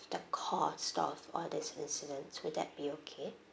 the cause of all this incidents will that be okay